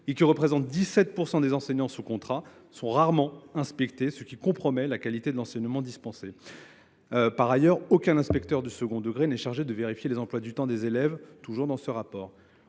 du public, représentent 17 % des enseignants sous contrat, mais ils sont rarement inspectés, ce qui compromet la qualité de l’enseignement dispensé. Par ailleurs, aucun inspecteur du second degré n’est chargé de vérifier les emplois du temps des élèves. Enfin, le contrôle